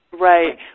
Right